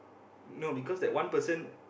no because that one person